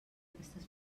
aquestes